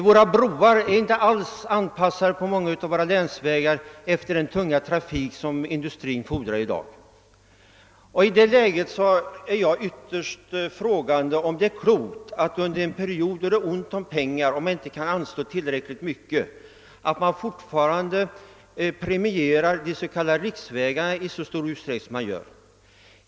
Våra broar är på många av våra länsvägar inte alls anpassade för den tunga trafik som industrin i dag kräver. I det läget ställer jag mig ytterst tveksam till om det är klokt att man under en period, då det är ont om pengar och man inte kan anslå tillräckligt mycket, fortfarande premierar de s.k. riksvägarna i så stor utsträckning som man gör.